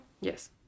Yes